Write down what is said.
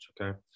okay